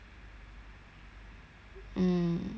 mm mm mm mm mm